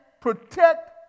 protect